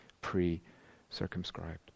pre-circumscribed